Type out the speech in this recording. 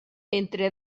entre